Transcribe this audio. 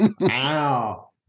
Wow